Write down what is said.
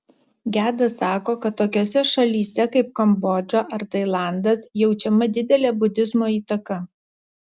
gedas sako kad tokiose šalyse kaip kambodža ar tailandas jaučiama didelė budizmo įtaka